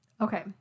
Okay